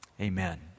Amen